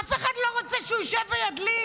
אף אחד לא רוצה שהוא ישב וידליף.